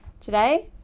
today